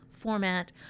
format